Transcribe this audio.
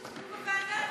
מה זה הדבר הזה?